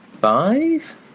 five